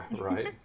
right